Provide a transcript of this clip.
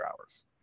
hours